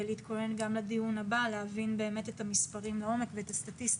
להתכונן גם לדיון הבא ולהבין את המספרים לעומק ואת הסטטיסטיקה.